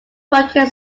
working